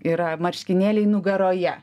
yra marškinėliai nugaroje